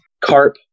carp